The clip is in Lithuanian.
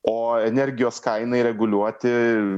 o energijos kainai reguliuoti